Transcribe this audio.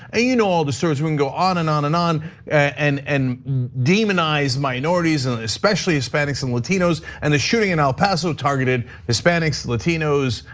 and you know all the stories. we can go on and on and on and and demonize minorities, especially hispanics and latinos. and the shooting in el paso targeted hispanics, latinos,